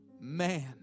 man